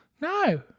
No